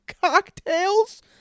cocktails